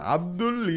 Abdul